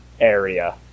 area